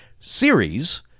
series